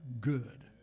good